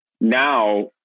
now